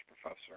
professor